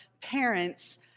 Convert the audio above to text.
parents